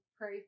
Pray